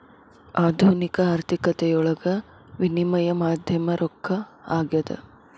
ಆಧುನಿಕ ಆರ್ಥಿಕತೆಯೊಳಗ ವಿನಿಮಯ ಮಾಧ್ಯಮ ರೊಕ್ಕ ಆಗ್ಯಾದ